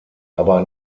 aber